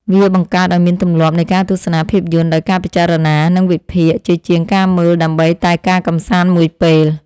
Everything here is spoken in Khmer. វាបង្កើតឱ្យមានទម្លាប់នៃការទស្សនាភាពយន្តដោយការពិចារណា និងវិភាគ ជាជាងការមើលដើម្បីតែការកម្សាន្តមួយពេល។